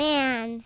Man